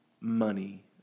Money